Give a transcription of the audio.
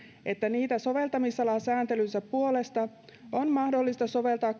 että niitä soveltamisalasääntelynsä puolesta on mahdollista soveltaa